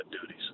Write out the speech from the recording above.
duties